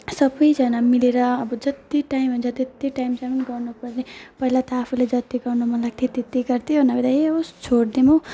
सबैजना मिलेर अब जति टाइम हुन्छ त्यति टाइमसम्म गर्नुपर्ने पहिला त आफूले जति गर्न मनलाग्थ्यो त्यति गर्थ्यो नभए त ए होस् छोडिदिऊँ हौ